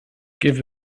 give